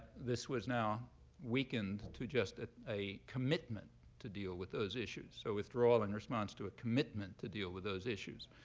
this was now weakened to just a commitment to deal with those issues, so withdrawal in response to a commitment to deal with those issues.